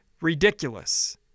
ridiculous